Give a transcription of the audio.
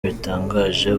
bitangaje